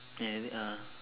ya is it ah